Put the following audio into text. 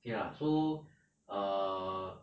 K lah so err